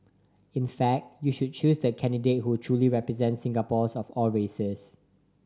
in fact you should choose the candidate who truly represents Singaporeans of all races